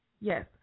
yes